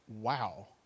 wow